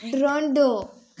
डरोनडो